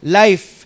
life